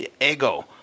ego